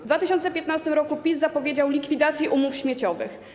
W 2015 r. PiS zapowiedział likwidację umów śmieciowych.